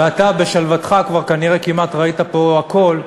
ואתה בשלוותך, כבר כנראה ראית פה כמעט הכול,